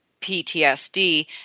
PTSD